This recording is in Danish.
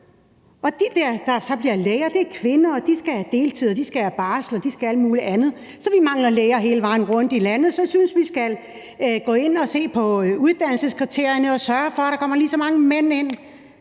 og de, der så bliver læger, er kvinder, og de skal have deltid, og de skal have barsel, og de skal have alt muligt andet. Så vi mangler læger hele vejen rundt i landet. Så jeg synes, at vi skal gå ind og se på uddannelseskriterierne og sørge for, at der kommer lige så mange mænd ind,